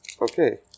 Okay